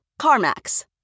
CarMax